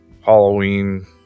Halloween